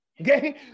Okay